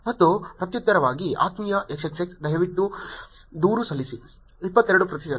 ಮತ್ತು ಪ್ರತ್ಯುತ್ತರವಾಗಿ ಆತ್ಮೀಯ XXX ದಯವಿಟ್ಟು ದೂರು ಸಲ್ಲಿಸಿ 22 ಪ್ರತಿಶತ